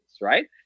Right